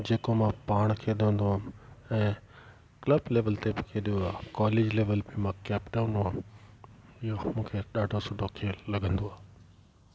जेको मां पाण खेड़दो हुयुमि ऐं क्लब लैवल ते बि खेड़ियो आहियां कॉलेज लैवल बि मां कैप्टन हुयुमि इयो खो मूंखे ॾाढो सुठो खेल लॻंदो आहे